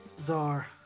Czar